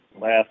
last